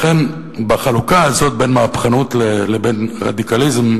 לכן, בחלוקה הזאת בין מהפכנות לבין רדיקליזם,